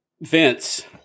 Vince